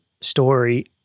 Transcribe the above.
story